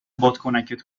بادکنکت